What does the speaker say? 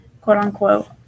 quote-unquote